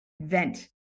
vent